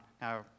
Now